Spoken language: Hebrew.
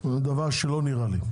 זה דבר שלא נראה לי.